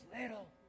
little